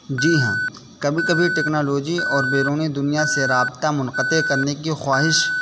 جی ہاں کبھی کبھی ٹکنالوجی اور بیرونی دنیا سے رابطہ منقطع کرنے کی خواہش